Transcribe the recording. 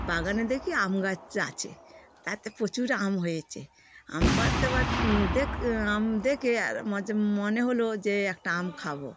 বাগানে দেখি আম গাছ আছে তাতে প্রচুর আম হয়েছে আম পাড়তে পার দেখ আম দেখে আর মনে হল যে একটা আম খাবো